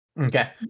Okay